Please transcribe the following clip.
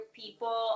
people